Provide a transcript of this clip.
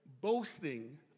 boasting